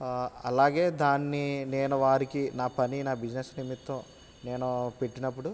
ఆ అలాగే దాన్ని నేను వారికి నా పని నా బిజినెస్ నిమిత్తం నేను పెట్టినప్పుడు